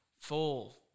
full